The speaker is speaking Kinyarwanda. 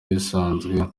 bisanzwe